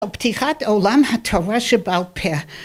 ‫בפתיחת עולם התורה שבעל פה.